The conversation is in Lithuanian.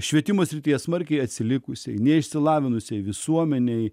švietimo srityje smarkiai atsilikusiai neišsilavinusiai visuomenėje